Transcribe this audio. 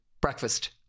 breakfast